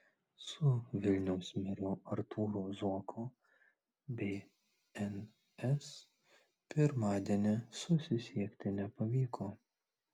su vilniaus meru artūru zuoku bns pirmadienį susisiekti nepavyko